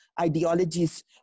ideologies